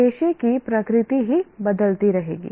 पेशे की प्रकृति ही बदलती रहेगी